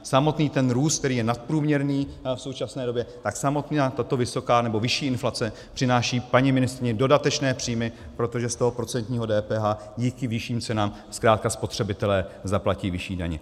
Samotný ten růst, který je nadprůměrný v současné době, tak samotná tato vysoká nebo vyšší inflace přináší paní ministryni dodatečné příjmy, protože z toho procentního DPH díky vyšším cenám zkrátka spotřebitelé zaplatí vyšší daně.